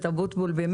אבוטבול.